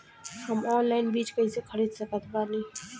हम ऑनलाइन बीज कइसे खरीद सकत बानी?